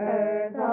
earth